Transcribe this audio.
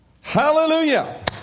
Hallelujah